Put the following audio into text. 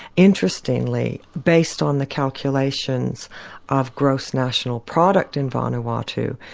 interestingly, based on the calculations of gross national product in vanuatu,